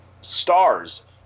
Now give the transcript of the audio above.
stars